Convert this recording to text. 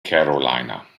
carolina